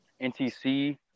ntc